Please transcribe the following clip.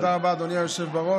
תודה רבה, אדוני היושב-ראש.